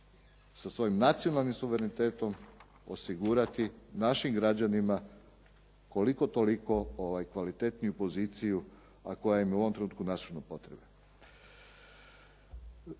sa svojim nacionalnim suverenitetom osigurati našim građanima koliko toliko kvalitetniju poziciju, a koja im je u ovom trenutku nasušno potrebna.